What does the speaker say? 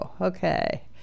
okay